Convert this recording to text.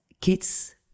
kids